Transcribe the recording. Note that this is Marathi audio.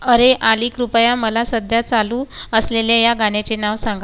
अरे आली कृपया मला सध्या चालू असलेल्या या गाण्याचे नाव सांग